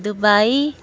Dubai